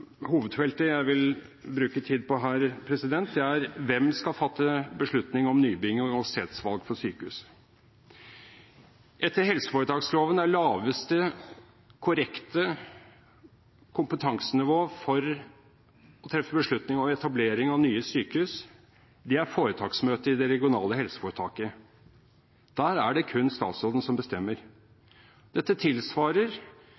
hovedfeltet jeg vil bruke tid på her, er: Hvem skal fatte beslutning om nybygg og stedsvalg for sykehus? Etter helseforetaksloven er laveste korrekte kompetansenivå for å treffe beslutning om etablering av nye sykehus foretaksmøtet i det regionale helseforetaket. Der er det kun statsråden som bestemmer. Dette tilsvarer